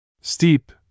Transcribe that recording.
Steep